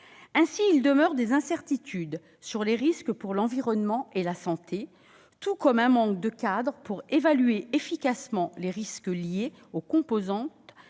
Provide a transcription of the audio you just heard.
Ainsi, il demeure des incertitudes sur les risques pour l'environnement et la santé, ainsi qu'un manque de cadre pour évaluer efficacement les risques liés aux composants